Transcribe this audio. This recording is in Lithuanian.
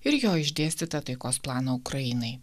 ir jo išdėstytą taikos planą ukrainai